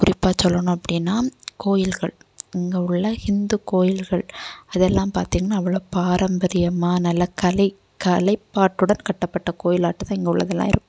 குறிப்பாக சொல்லணும் அப்படின்னா கோயில்கள் இங்கே உள்ள ஹிந்து கோயில்கள் அதெல்லாம் பார்த்தீங்கன்னா அவ்வளோ பாரம்பரியமாக நல்ல கலை கலைப்பாட்டுடன் கட்டப்பட்ட கோயிலாட்டம் தான் இங்கே உள்ளதெல்லாம் இருக்கும்